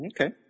Okay